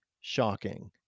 shocking